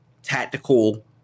tactical